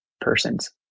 persons